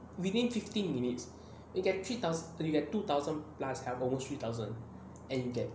within fifteen minutes you get three thousand you get two thousand plus health almost three thousand and get